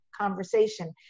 conversation